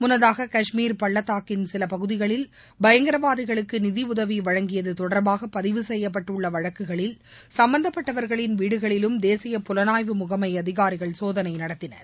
முன்னதாக காஷ்மீர் பள்ளத்தாக்கின் சில பகுதிகளில் பயங்கரவாதிகளுக்கு நிதியுதவி வழங்கியது தொடர்பாக பதிவு செய்யப்பட்டுள்ள வழக்குகளில் சம்பந்தப்பட்டவர்களின் வீடுகளிலும் தேசிய புலனாய்வு முகமை அதிகாரிகள் சோதனை நடத்தினர்